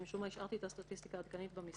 משום מה השארתי את הסטטיסטיקה העדכנית במשרד.